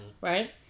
Right